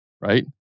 Right